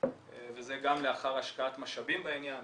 וזה גם לאחר השקעת משאבים בעניין.